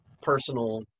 personal